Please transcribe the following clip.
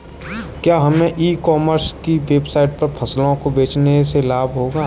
क्या हमें e commerce की वेबसाइट पर फसलों को बेचने से लाभ होगा?